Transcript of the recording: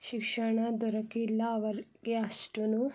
ಶಿಕ್ಷಣ ದೊರಕಿಲ್ಲ ಅವರಿಗೆ ಅಷ್ಟು